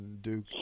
Duke